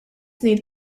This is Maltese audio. snin